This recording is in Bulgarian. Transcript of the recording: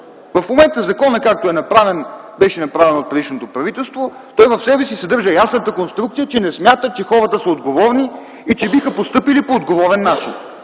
В момента, законът, както беше направен от предишното правителство, в себе си съдържа ясната конструкция, че не смята, че хората са отговорни и че биха постъпили по отговорен начин.